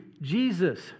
Jesus